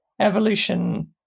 evolution